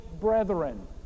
brethren